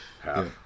Half